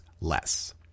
less